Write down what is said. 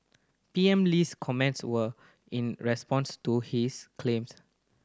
P M Lee's comments were in response to his claims